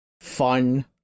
fun